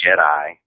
Jedi